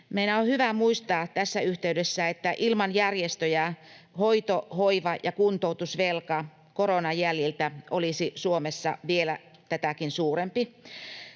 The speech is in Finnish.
Meidän on hyvä muistaa tässä yhteydessä, että ilman järjestöjä hoito-, hoiva- ja kuntoutusvelka koronan jäljiltä olisi Suomessa vielä tätäkin suurempi.